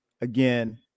again